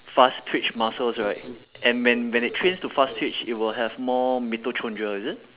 fast twitch muscles right and when when it trains to fast twitch it will have more mitochondria is it